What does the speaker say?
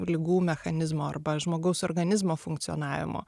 ligų mechanizmo arba žmogaus organizmo funkcionavimo